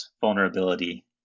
vulnerability